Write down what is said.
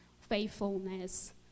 faithfulness